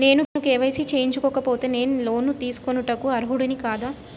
నేను కే.వై.సి చేయించుకోకపోతే నేను లోన్ తీసుకొనుటకు అర్హుడని కాదా?